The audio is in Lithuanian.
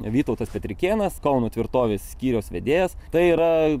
vytautas petrikėnas kauno tvirtovės skyriaus vedėjas tai yra